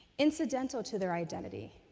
incidental to their identity.